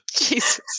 jesus